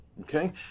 Okay